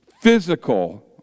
physical